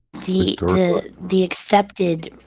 the the excepted,